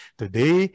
today